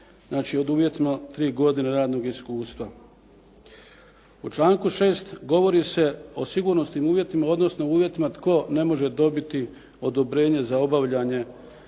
znači od uvjetno tri godine radnog iskustva. U članku 6. govori se o sigurnosnim uvjetima, odnosno o uvjetima tko ne može dobiti odobrenje za obavljanje